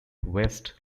west